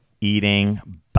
eating